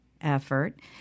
effort